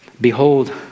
Behold